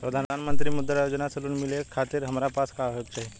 प्रधानमंत्री मुद्रा योजना से लोन मिलोए खातिर हमरा पास का होए के चाही?